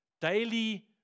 daily